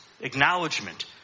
acknowledgement